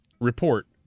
Report